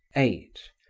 eight.